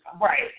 Right